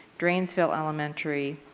dranesville elementary